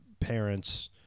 parents